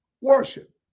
worship